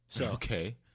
Okay